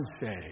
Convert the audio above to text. say